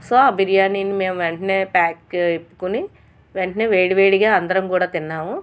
so ఆ బిర్యానీని మేము వెంటనే ప్యాక్ విప్పుకోని వెంటనే వేడివేడిగా అందరం కూడా తిన్నాము